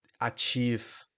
achieve